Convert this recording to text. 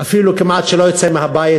אפילו כמעט שלא יוצא מהבית.